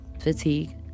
fatigue